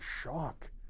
shock